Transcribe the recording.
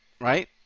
right